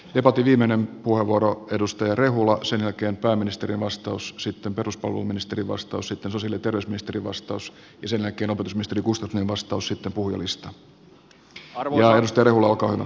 debatin viimeinen puheenvuoro edustaja rehulalla sen jälkeen pääministerin vastaus sitten peruspalveluministerin vastaus sitten sosiaali ja terveysministerin vastaus ja sen jälkeen opetusministeri gustafssonin vastaus sitten puhujalistaan